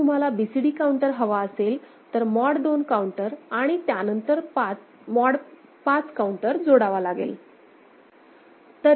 जर तुम्हाला BCD counter हवा असेल तर मॉड 2 काऊंटर आणि त्यानंतर मॉड 5 काऊंटर जोडावा लागेल